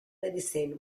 medicine